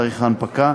תאריך ההנפקה